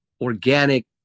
organic